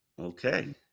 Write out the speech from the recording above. Okay